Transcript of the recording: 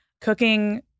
Cooking